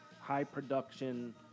high-production